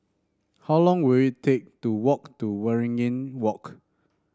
how long will it take to walk to Waringin Walk